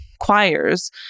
choirs